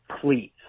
please